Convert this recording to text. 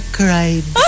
cried